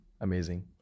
amazing